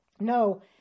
No